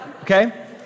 Okay